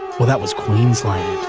well, that was queensland.